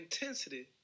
intensity